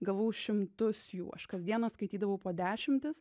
gavau šimtus jų aš kasdieną skaitydavau po dešimtis